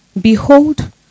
behold